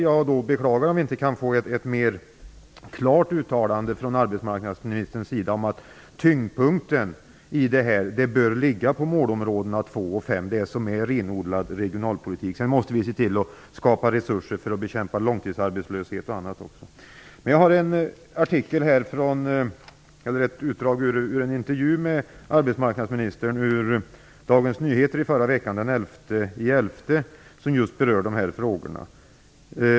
Jag beklagar om vi inte kan få ett mer klart uttalande från arbetsmarknadsministerns sida om att tyngdpunkten bör ligga på målområdena 2 och 5, dvs. det som är renodlad regionalpolitik. Sedan måste vi också se till att skapa resurser för att bekämpa långtidsarbetslöshet och annat. Jag har här ett utdrag ur en intervju med arbetsmarknadsministern i Dagens Nyheter i förra veckan, det är från den 11 november, som just berör dessa frågor.